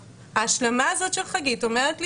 וההשלמה הזאת של חגית אומרת לי